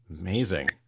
Amazing